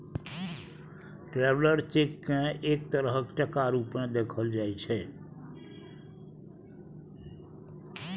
traveller cheque केँ एक तरहक टका रुपेँ देखल जाइ छै